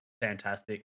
fantastic